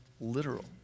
literal